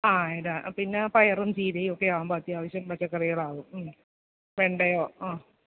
ആ ഇടാൻ പിന്നെ പയറും ചീരയുമൊക്കെ ആകുമ്പം അത്യാവശ്യം പച്ചക്കറികളാവും മ്മ് വെണ്ടയോ ആ